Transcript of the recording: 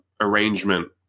arrangement